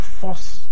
force